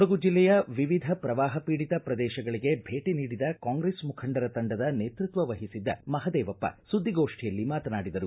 ಕೊಡಗು ಜಿಲ್ಲೆಯ ವಿವಿಧ ಪ್ರವಾಪ ಪೀಡಿತ ಪ್ರದೇಶಗಳಿಗೆ ಭೇಟಿ ನೀಡಿದ ಕಾಂಗ್ರೆಸ್ ಮುಖಂಡರ ತಂಡದ ನೇತೃತ್ವ ವಹಿಸಿದ್ದ ಮಹದೇವಪ್ಪ ಸುದ್ದಿಗೋಷ್ಠಿಯಲ್ಲಿ ಮಾತನಾಡಿದರು